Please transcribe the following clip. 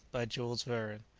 by jules verne.